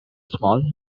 small